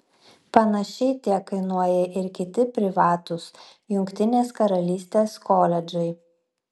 panašiai tiek kainuoja ir kiti privatūs jungtinės karalystės koledžai